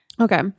Okay